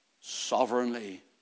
sovereignly